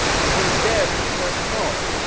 if you're dead let us know.